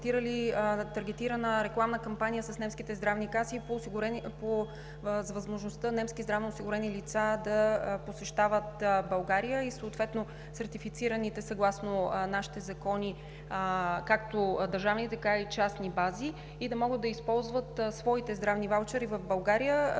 това е много